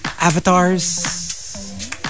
Avatars